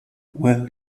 well